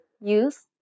use